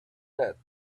death